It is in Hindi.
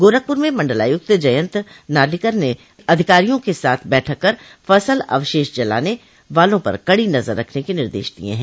गोरखपुर में मंडलायुक्त जयन्त नार्लिकर ने अधिकारियों के साथ बैठक कर फसल अवशेष जलाने वालों पर कड़ी नजर रखने के निर्देश दिये हैं